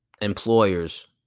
employers